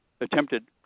attempted